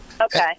Okay